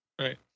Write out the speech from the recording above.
Right